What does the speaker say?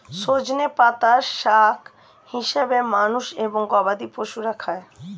সজনে পাতা শাক হিসেবে মানুষ এবং গবাদি পশুরা খায়